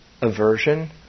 aversion